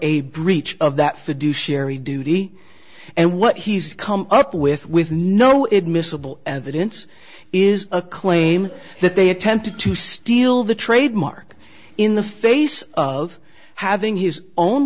a breach of that fiduciary duty and what he's come up with with no it miscible evidence is a claim that they attempted to steal the trademark in the face of having his own